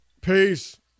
Peace